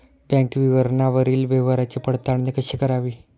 Bank विवरणावरील व्यवहाराची पडताळणी कशी करावी?